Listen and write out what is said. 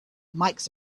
makes